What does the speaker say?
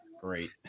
Great